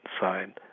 side